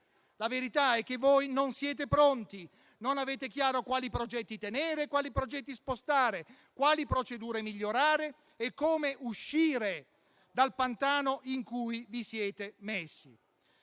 La verità è che voi non siete pronti, non avete chiaro quali progetti tenere e quali progetti spostare, quali procedure migliorare e come uscire dal pantano in cui vi siete messi.